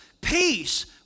Peace